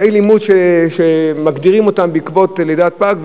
קשיי לימוד שמתגברים בגלל שהילד נולד פג,